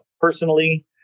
personally